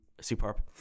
superb